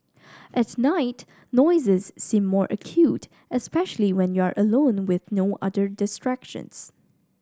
at night noises seem more acute especially when you are alone with no other distractions